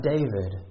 David